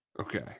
Okay